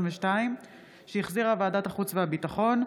שהחזירה ועדת החוץ והביטחון.